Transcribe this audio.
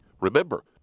Remember